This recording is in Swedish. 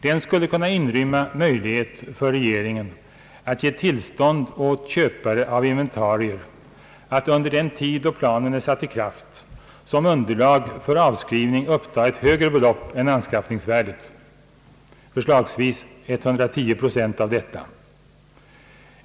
Den skulle kunna inrymma möjlighet för regeringen att ge tillstånd åt köpare av inventarier att under tid, då planen är satt i kraft, som underlag för avskrivning upptaga ett högre belopp än anskaffningsvärdet — exempelvis 110 procent av detta.